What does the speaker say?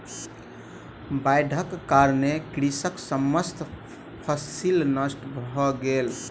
बाइढ़क कारणेँ कृषकक समस्त फसिल नष्ट भ गेल